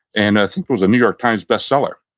and i think it was a new york times bestseller.